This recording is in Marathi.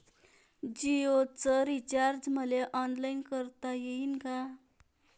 जीओच रिचार्ज मले ऑनलाईन करता येईन का?